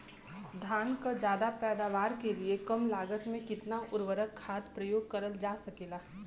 धान क ज्यादा पैदावार के लिए कम लागत में कितना उर्वरक खाद प्रयोग करल जा सकेला?